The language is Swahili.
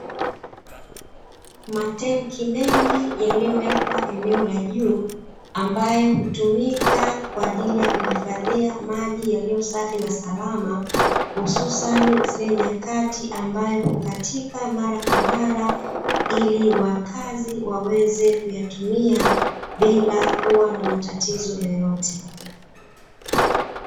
Matenki mengi yaliyowekwa eneo la juu ambayo utumika kwajili ya kuhifadhia maji yaliyo safi na salama hususani zile nyakati ambayo hukatika mara kwa mara ili wakazi waweze kuyatumia bila kuwa na matatizo yoyote.